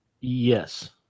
Yes